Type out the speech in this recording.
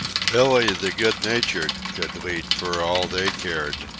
billee, the good-natured, could lead for all they cared,